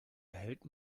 erhält